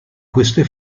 queste